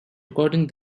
recording